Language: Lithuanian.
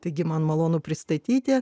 taigi man malonu pristatyti